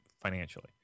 Financially